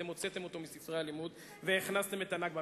אתם הוצאת אותו מספרי הלימוד והכנסתם את ה"נכבה".